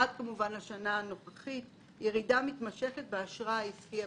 עד לשנה הנוכחית יש ירידה מתמשכת באשראי עסקי בעייתי.